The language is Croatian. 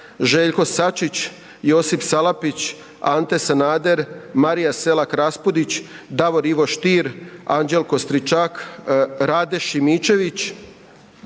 Željko Sačić, Josip Salapić, Ante Sanader, Marija Selak Raspudić, Davor Ivo Stier, Anđelko Stričak, Rade Šimičević,